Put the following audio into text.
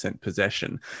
possession